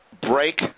break